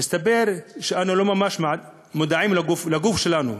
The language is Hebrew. מסתבר שאנו לא ממש מודעים לגוף שלנו.